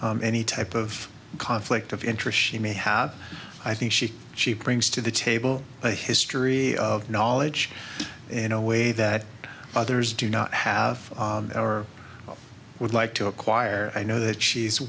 any type of conflict of interest she may have i think she cheap brings to the table a history of knowledge in a way that others do not have or would like to acquire i know that she